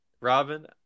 Robin